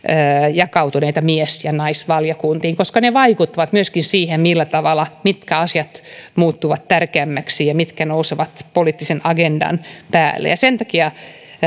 jakautuneita mies ja naisvaliokuntiin koska ne vaikuttavat myöskin siihen mitkä asiat muuttuvat tärkeämmiksi ja mitkä nousevat poliittisen agendan päälle sen takia